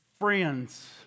friends